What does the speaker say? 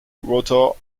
rotor